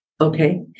Okay